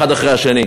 האחד אחרי השני.